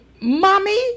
mommy